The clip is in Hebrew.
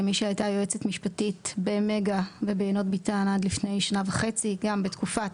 כמי שהייתה יועצת משפטית במגה וביינות ביתן עד לפני כשנה וחצי: גם בתקופת